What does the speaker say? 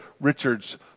Richard's